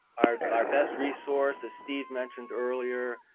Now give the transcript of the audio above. our our best resource, as steve mentioned earlier,